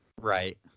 right